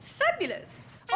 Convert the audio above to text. Fabulous